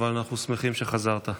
אבל אנחנו שמחים שחזרת.